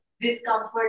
discomfort